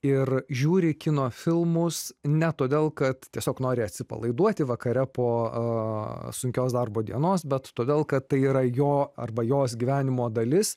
ir žiūri kino filmus ne todėl kad tiesiog nori atsipalaiduoti vakare po sunkios darbo dienos bet todėl kad tai yra jo arba jos gyvenimo dalis